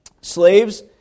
Slaves